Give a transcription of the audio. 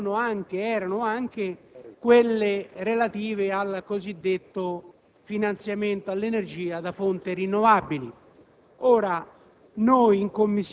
Le norme estranee erano anche quelle relative al cosiddetto finanziamento all'energia da fonti rinnovabili.